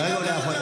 הוא כרגע לא יכול,